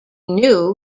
knew